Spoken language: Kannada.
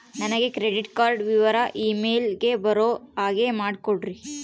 ನನಗೆ ಕ್ರೆಡಿಟ್ ಕಾರ್ಡ್ ವಿವರ ಇಮೇಲ್ ಗೆ ಬರೋ ಹಾಗೆ ಮಾಡಿಕೊಡ್ರಿ?